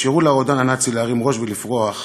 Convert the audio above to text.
אפשרו לרודן הנאצי להרים ראש ולפרוח,